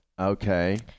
Okay